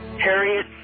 Harriet